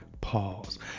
Pause